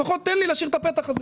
לפחות תן לי להשאיר את הפתח הזה.